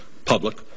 Public